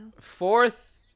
fourth